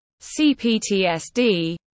CPTSD